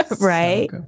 Right